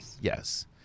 yes